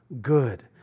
good